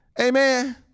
Amen